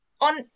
on